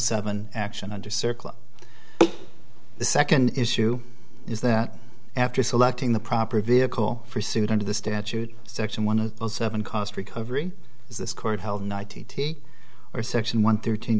circle the second issue is that after selecting the proper vehicle for suit under the statute section one of seven cost recovery is this court held ninety or section one thirteen